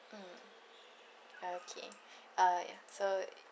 mm okay uh so